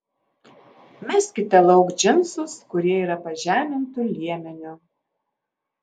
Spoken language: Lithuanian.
meskite lauk džinsus kurie yra pažemintu liemeniu